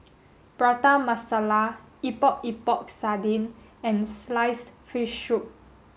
Prata Masala Epok Epok Sardin and sliced fish soup